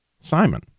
Simon